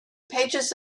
pages